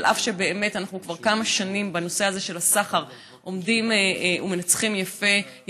אף שבאמת אנחנו כבר כמה שנים בנושא הזה של הסחר עומדים ומנצחים יפה,